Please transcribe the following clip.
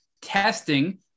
testing